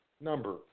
number